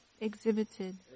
exhibited